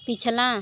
पिछला